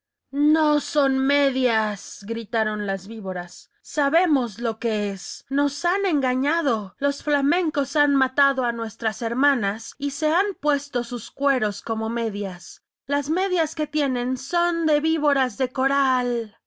no son medias gritaron las víboras sabemos lo que es nos han engañado los flamencos han matado a nuestras hermanas y se han puesto sus cueros como medias las medias que tienen son de víboras de coral